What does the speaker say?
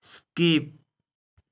skip